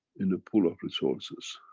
in the pool of resources,